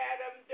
Adam